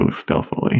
stealthily